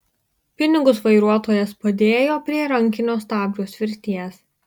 pinigus vairuotojas padėjo prie rankinio stabdžio svirties